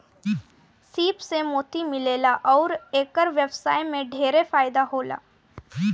सीप से मोती मिलेला अउर एकर व्यवसाय में ढेरे फायदा होला